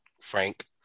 Frank